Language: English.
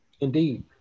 Indeed